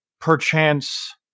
perchance